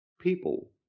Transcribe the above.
people